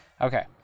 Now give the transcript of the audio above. Okay